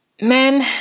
Men